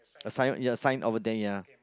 assign you are assign over there ya